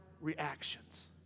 reactions